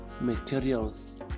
materials